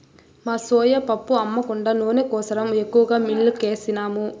మా సోయా పప్పు అమ్మ కుండా నూనె కోసరం ఎక్కువగా మిల్లుకేసినాము